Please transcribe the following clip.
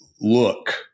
Look